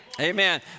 Amen